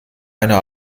einer